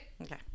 Okay